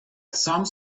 some